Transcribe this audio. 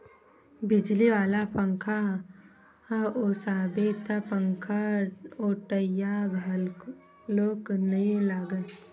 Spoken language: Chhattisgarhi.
बिजली वाला पंखाम ओसाबे त पंखाओटइया घलोक नइ लागय